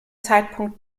zeitpunkt